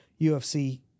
UFC